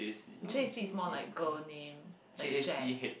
Jacy is more like girl name like Jack